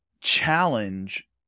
Challenge